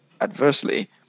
adversely